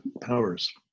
powers